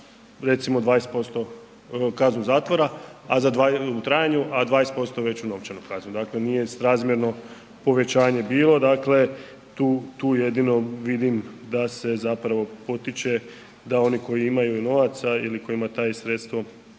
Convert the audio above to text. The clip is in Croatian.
recimo 20% kaznu zatvora u trajanju a 20% veću novčanu kaznu. Dakle nije srazmjerno povećanje bilo dakle tu jedino vidim da se zapravo potiče da oni koji imaju i novaca ili kojima to sredstvo